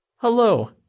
Hello